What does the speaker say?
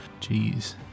Jeez